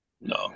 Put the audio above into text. No